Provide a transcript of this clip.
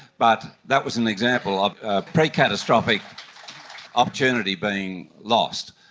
but that was an example of pre-catastrophic opportunity being lost.